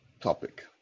topic